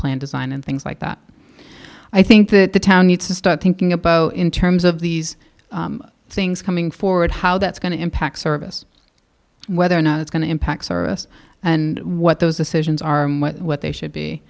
plan design and things like that i think that the town needs to start thinking about in terms of these things coming forward how that's going to impact service whether or not it's going to impact service and what those decisions are what they should be